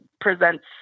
presents